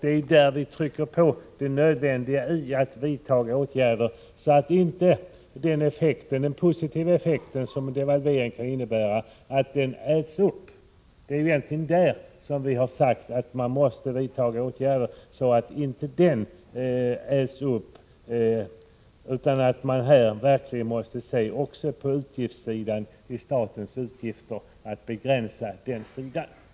Det är därför vi trycker på det nödvändiga i att vidta åtgärder, så att inte den positiva effekt som en devalvering kan innebära äts upp. Man måste se också på statens utgifter och begränsa dem.